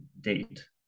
date